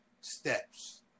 steps